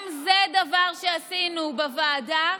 גם זה דבר שעשינו בוועדה,